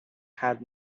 had